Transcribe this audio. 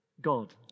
God